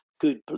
good